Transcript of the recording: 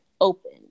open